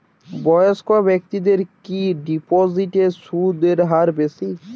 বয়স্ক ব্যেক্তিদের কি ডিপোজিটে সুদের হার বেশি?